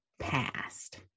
past